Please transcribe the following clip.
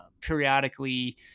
periodically